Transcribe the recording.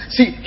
See